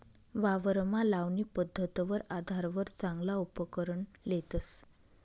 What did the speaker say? वावरमा लावणी पध्दतवर आधारवर चांगला उपकरण लेतस